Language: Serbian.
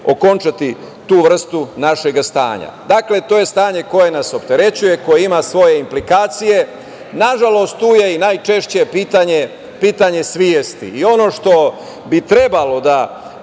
okončati tu vrstu našeg stanja. Dakle, to je stanje koje nas opterećuje, koje ima svoje implikacije. Nažalost, tu je i najčešće pitanje svesti. Ono što bi trebalo da